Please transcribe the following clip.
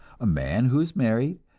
a man who is married,